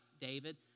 David